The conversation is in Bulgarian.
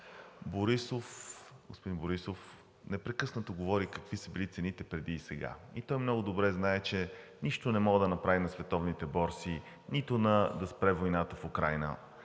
знаете. Господин Борисов непрекъснато говори какви са били цените преди и сега. И той много добре знае, че нищо не може да направи на световните борси, нито да спре войната в Украйна,